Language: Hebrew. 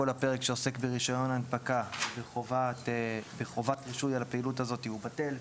כל הפרק שעוסק ברישיון הנפקה כחובת רישוי על הפעילות הזאת בטל.